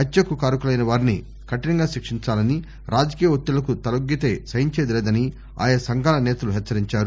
హత్యకు కారకులైన వారిని కఠినంగా శిక్షించాలని రాజకీయ ఒత్తిళ్ళకు తలొగ్గితే సహించేది లేదని ఆయా సంఘాల నేతలు హెచ్చరించారు